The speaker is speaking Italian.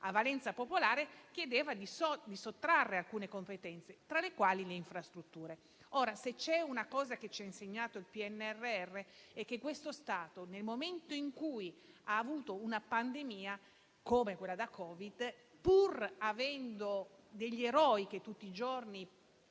iniziativa popolare chiedeva di sottrarre alcune competenze, tra le quali le infrastrutture. Ora, se c'è una cosa che il PNRR ci ha insegnato è che questo Stato, nel momento in cui ha avuto una pandemia, come quella da Covid, pur avendo degli eroi che tutti i giorni